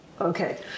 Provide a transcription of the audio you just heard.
okay